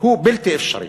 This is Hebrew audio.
הוא בלתי אפשרי.